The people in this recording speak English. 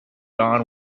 don